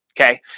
Okay